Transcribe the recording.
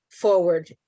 forward